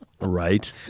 Right